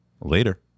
Later